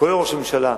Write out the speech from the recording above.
כולל ראש הממשלה,